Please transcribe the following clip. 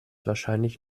wahrscheinlich